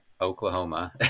Oklahoma